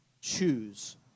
choose